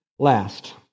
Last